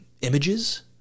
images